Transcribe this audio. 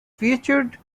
featured